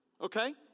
okay